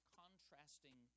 contrasting